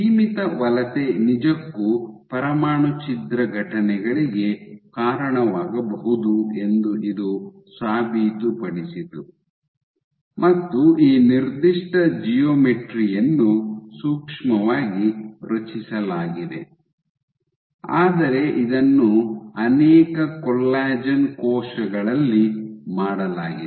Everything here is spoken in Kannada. ಸೀಮಿತ ವಲಸೆ ನಿಜಕ್ಕೂ ಪರಮಾಣು ಛಿದ್ರ ಘಟನೆಗಳಿಗೆ ಕಾರಣವಾಗಬಹುದು ಎಂದು ಇದು ಸಾಬೀತುಪಡಿಸಿತು ಮತ್ತು ಈ ನಿರ್ದಿಷ್ಟ ಜಿಯೋಮೆಟ್ರಿ ಯನ್ನು ಸೂಕ್ಷ್ಮವಾಗಿ ರಚಿಸಲಾಗಿದೆ ಆದರೆ ಇದನ್ನು ಅನೇಕ ಕೊಲ್ಲಾಜೆನ್ ಕೋಶಗಳಲ್ಲಿ ಮಾಡಲಾಗಿದೆ